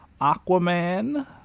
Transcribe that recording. Aquaman